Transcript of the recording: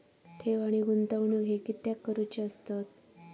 ठेव आणि गुंतवणूक हे कित्याक करुचे असतत?